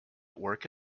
work